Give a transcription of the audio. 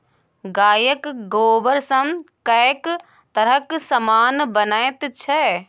गायक गोबरसँ कैक तरहक समान बनैत छै